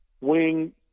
wing